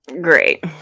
Great